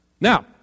Now